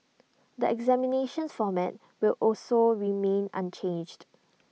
the examinations format will also remain unchanged